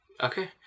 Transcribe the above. Okay